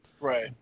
Right